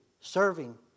serving